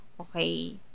Okay